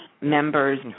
members